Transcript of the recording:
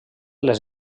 les